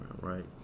right